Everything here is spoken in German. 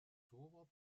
torwart